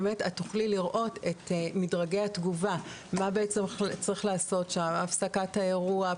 את תוכלי לראות את מדרגי התגובה מה בעצם צריך לעשות הפסקת האירוע,